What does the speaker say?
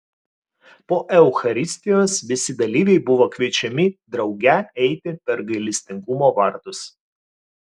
po eucharistijos visi dalyviai buvo kviečiami drauge eiti per gailestingumo vartus